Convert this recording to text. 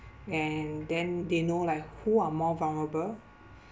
and then they know like who are more vulnerable